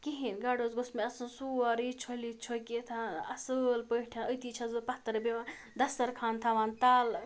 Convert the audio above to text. کِہیٖنۍ گۄڈٕ حظ گوٚژھ مےٚ آسُن سورُے چھٔلِتھ چھوٚکِتھن اَصۭل پٲٹھۍ أتی چھَس بہٕ پَتھَر بیٚہوان دَستَرخان تھاوان تَل